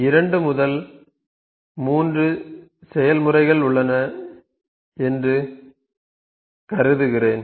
2 3 செயல்முறைகள் உள்ளன என்று கருதுகிறேன்